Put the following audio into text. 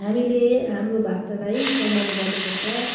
हामीले हाम्रो भाषालाई सम्मान गर्नुपर्छ